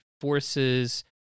forces